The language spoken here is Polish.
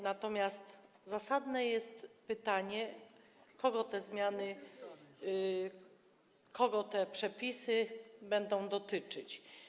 Natomiast zasadne jest pytanie: Kogo te zmiany, przepisy będą dotyczyć?